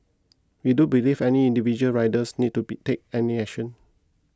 we do believe any individual riders need to be take any action